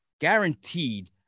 guaranteed